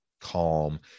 calm